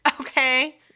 okay